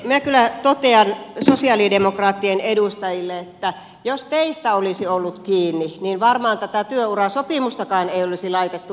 minä kyllä totean sosialidemokraattien edustajille että jos teistä olisi ollut kiinni niin varmaan tätä työurasopimustakaan ei olisi laitettu liikkeelle